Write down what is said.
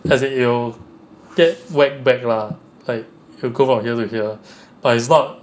as in it will get whacked back lah like you go from here to here but it's not